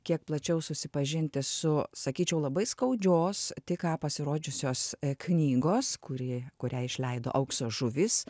kiek plačiau susipažinti su sakyčiau labai skaudžios tik ką pasirodžiusios knygos kuri kurią išleido aukso žuvys